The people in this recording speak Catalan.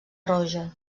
roja